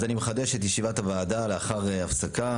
אני מחדש את ישיבת הוועדה לאחר הפסקה,